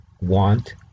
want